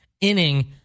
inning